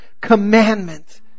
commandment